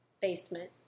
basement